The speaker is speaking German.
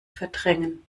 verdrängen